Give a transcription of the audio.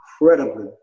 incredibly